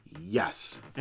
yes